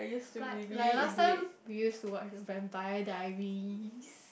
but like last time we used to watch Vampire-Diaries